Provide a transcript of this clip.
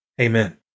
Amen